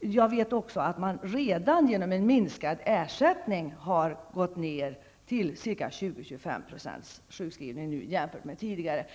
Jag vet också att man redan genom en minskad ersättning har minskat sjukskrivningarna med 20--25 % jämfört med tidigare.